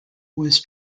was